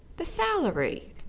the salary,